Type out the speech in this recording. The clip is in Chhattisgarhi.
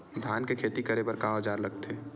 धान के खेती करे बर का औजार लगथे?